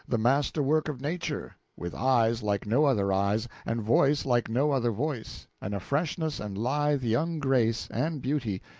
the master-work of nature with eyes like no other eyes, and voice like no other voice, and a freshness, and lithe young grace, and beauty,